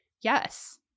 yes